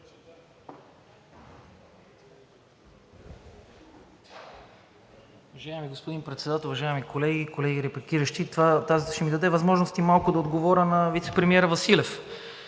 Уважаеми господин Председател, уважаеми колеги и колеги репликиращи, това ще ми даде възможност и малко да отговоря на вицепремиера Василев.